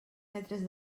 metres